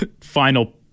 final